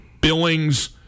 Billings